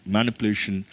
Manipulation